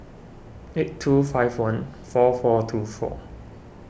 eight two five one four four two four